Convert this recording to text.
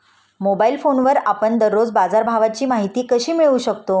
Mobile फोनवर आपण दररोज बाजारभावाची माहिती कशी मिळवू शकतो?